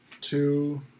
two